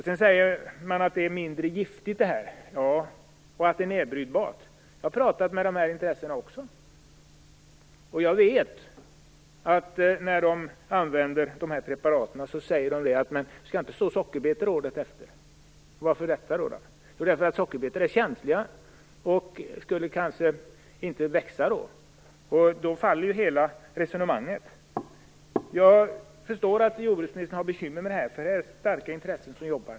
Sedan sägs det att det här är mindre giftigt och att det är nedbrytbart. Jag har också pratat med de här intressenterna. Jag vet att de, när de använder de här preparaten säger: Men du skall inte så sockerbetor året efter. Varför det? Jo, för sockerbetor är känsliga och skulle kanske inte växa då. Då faller ju hela resonemanget. Jag förstår att jordbruksministern har bekymmer med det här, för det är starka intressenter som jobbar.